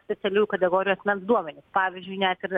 specialiųjų kategorijų asmens duomenys pavyzdžiui net ir